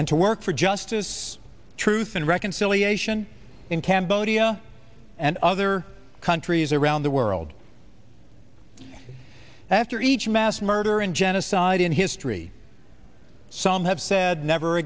and to work for justice truth and reconciliation in cambodia and other countries around the world after each mass murder and genocide in history some have said never